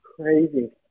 crazy